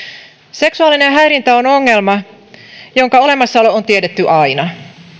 seksuaalinen häirintä on ongelma jonka olemassaolo on tiedetty aina